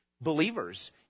believers